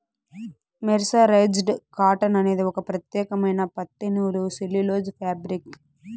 mercerised cotton అనేది ఒక ప్రత్యేకమైన పత్తి నూలు సెల్యులోజ్ ఫాబ్రిక్